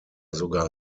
sogar